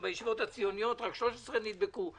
שבישיבות הציוניות רק 13 נדבקו.